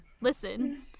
Listen